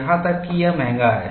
यहां तक कि यह महंगा है